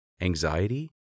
anxiety